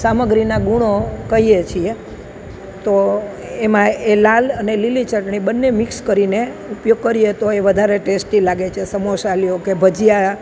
સામગ્રીના ગુણો કઈએ છીએ તો એમાં એ લાલ અને લીલી ચટણી બંને મિક્સ કરીને ઉપયોગ કરીએ તો એ વધારે ટેસ્ટી લાગે છે સમોસા લો કે ભજીયા